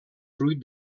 fruit